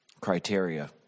criteria